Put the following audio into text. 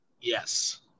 Yes